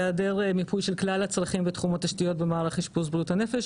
בהיעדר מיפוי של כלל הצרכים בתחום התשתיות במערך אשפוז בריאות הנפש,